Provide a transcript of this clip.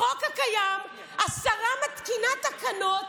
בחוק הקיים השרה מתקינה תקנות